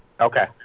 Okay